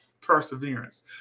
perseverance